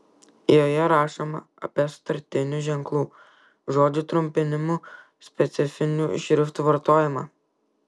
joje rašoma apie sutartinių ženklų žodžių trumpinimų specifinių šriftų vartojimą